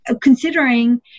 considering